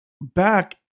back